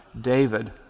David